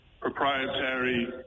proprietary